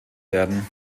werden